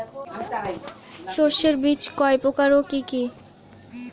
শস্যের বীজ কয় প্রকার ও কি কি?